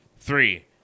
Three